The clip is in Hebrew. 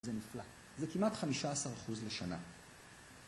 זה נפלא. זה כמעט 15% לשנה.